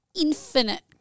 infinite